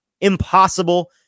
impossible